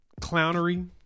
clownery